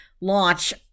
launch